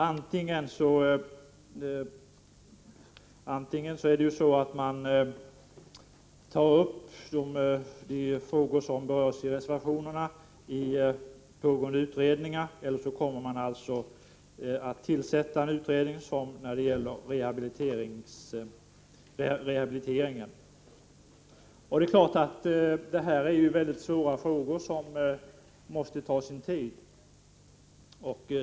Det är antingen så att de frågor som berörs i reservationerna behandlas i pågående utredningar eller också — det gäller t.ex. rehabiliteringen — kommer en utredning att tillsättas. Naturligtvis är dessa frågor mycket svåra. Att det tar sin tid att ta ställning till dem måste därför respekteras.